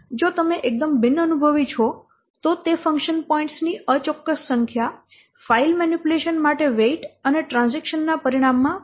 જો તમે એકદમ બિનઅનુભવી છો તો તે ફંકશન પોઇન્ટ્સ ની અચોક્કસ સંખ્યા ફાઇલ મેનીપ્યુલેશન માટે વેઇટ અને ટ્રાન્ઝેકશન ના પરિણામમાં ભૂલો હોઈ શકે છે